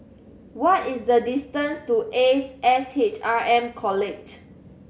what is the distance to Ace S H R M College